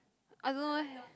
I don't know eh